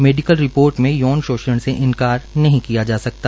medical report में यौन शोषण से इंकार नहीं किया जा सकता